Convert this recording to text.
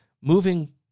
moving